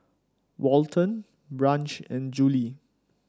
Walton Branch and Juli